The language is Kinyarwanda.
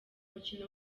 mukino